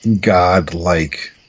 godlike